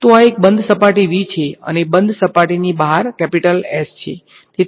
તો આ એક બંધ સપાટી V છે અને બંધ સપાટીની બહાર S છે